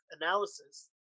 analysis